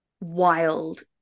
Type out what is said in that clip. wild